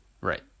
Right